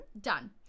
Done